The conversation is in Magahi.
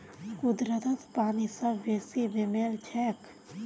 कुदरतत पानी सबस बेसी बेमेल छेक